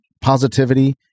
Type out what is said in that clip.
positivity